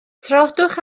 trafodwch